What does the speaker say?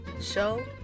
show